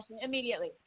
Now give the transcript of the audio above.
Immediately